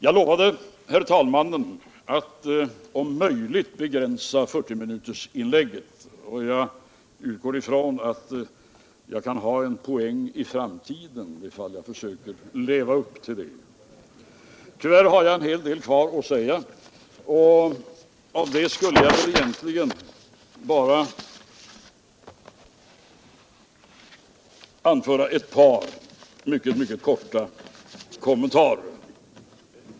Jag lovade herr talmannen att om möjligt begränsa 40-minutersinlägget, och jag utgår ifrån att jag kan ha en poäng för framtiden, ifall jag försöker leva upp till det. Tyvärr har jag en hel del kvar att säga, men av det skall jag bara anföra ett par mycket korta kommentarer.